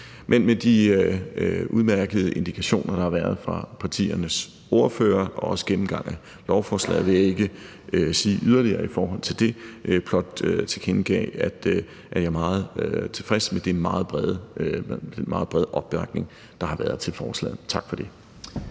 Med de udmærkede indikationer, der har været fra partiernes ordførere og også gennemgang af lovforslaget, vil jeg ikke sige yderligere i forhold til det, blot tilkendegive, at jeg er meget tilfreds med den meget brede opbakning, der har været til forslaget. Tak for det.